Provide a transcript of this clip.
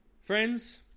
Friends